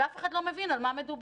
ואף אחד לא מבין על מה מדובר.